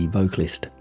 vocalist